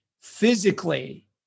physically